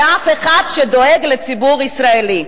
ואף לא אחד שדואג לציבור הישראלי.